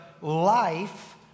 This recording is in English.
life